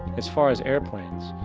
as far as airplanes,